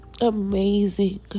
amazing